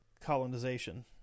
colonization